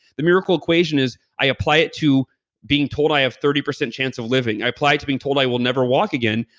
the miracle equation is i apply it to being told i have thirty percent chance of living, i apply it to being told i will never walk again.